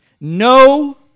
No